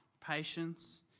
patience